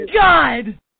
God